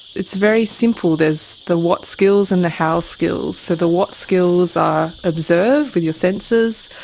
it's very simple. there's the what skills and the how skills. so the what skills are observe with your senses,